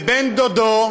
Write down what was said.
ובן-דודו,